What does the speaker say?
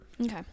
Okay